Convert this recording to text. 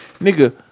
Nigga